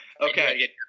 Okay